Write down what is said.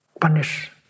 punish